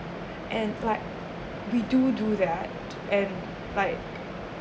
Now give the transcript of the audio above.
and like we do do that and like